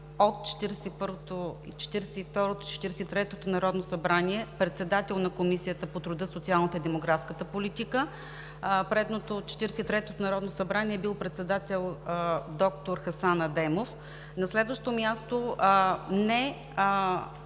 42-то и 43-то народно събрание председател на Комисията по труда, социалната и демографската политика. В предното, 43-то народно събрание, е бил председател доктор Хасан Адемов. На следващо място, не